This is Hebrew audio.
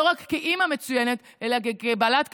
לא רק כאימא מצוינת אלא כבעלת קריירה,